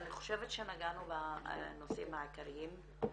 אני חושבת שנגענו בנושאים העיקריים.